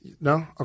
no